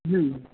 હમ